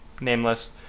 nameless